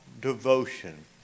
devotion